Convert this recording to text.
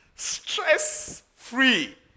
Stress-free